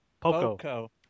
Poco